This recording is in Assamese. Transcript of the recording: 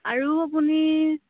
আৰু আপুনি